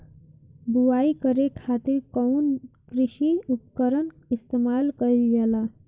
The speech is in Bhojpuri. बुआई करे खातिर कउन कृषी उपकरण इस्तेमाल कईल जाला?